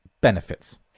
benefits